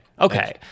Okay